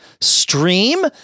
stream